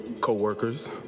co-workers